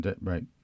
right